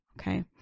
okay